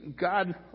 God